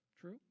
True